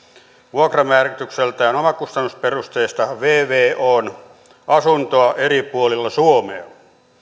vuokramääritykseltään omakustannusperusteista vvon asuntoa eri puolilla suomea